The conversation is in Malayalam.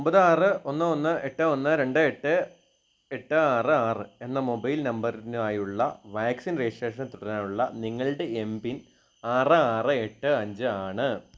ഒമ്പത് ആറ് ഒന്ന് ഒന്ന് എട്ട് ഒന്ന് രണ്ട് എട്ട് എട്ട് ആറ് ആറ് എന്ന മൊബൈൽ നമ്പറിനായുള്ള വാക്സിൻ രജിസ്ട്രേഷൻ തുടരാനുള്ള നിങ്ങളുടെ എം പി ൻ ആറ് ആറ് എട്ട് അഞ്ച് ആണ്